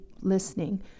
listening